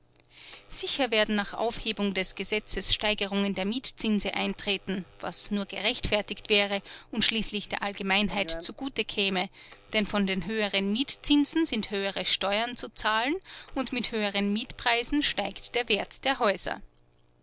sicher werden nach aufhebung des gesetzes steigerungen der mietzinse eintreten was nur gerechtfertigt wäre und schließlich der allgemeinheit zugute käme denn von den höheren mietzinsen sind höhere steuern zu zahlen und mit höheren mietpreisen steigt der wert der häuser